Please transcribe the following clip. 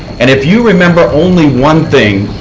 and if you remember only one thing,